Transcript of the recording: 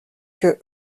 que